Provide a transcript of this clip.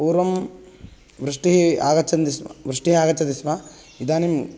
पूर्वं वृष्टिः आगच्छति स्म वृष्टिः आगच्छति स्म इदानीं